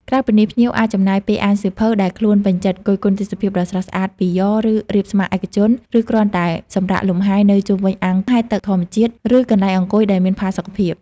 ក្រៅពីនេះ ភ្ញៀវអាចចំណាយពេលអានសៀវភៅដែលខ្លួនពេញចិត្ត គយគន់ទេសភាពដ៏ស្រស់ស្អាតពីយ៉រ ឬរាបស្មើរឯកជន ឬគ្រាន់តែសម្រាកលំហែនៅជុំវិញអាងហែលទឹកធម្មជាតិ ឬកន្លែងអង្គុយដែលមានផាសុកភាព។